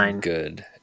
good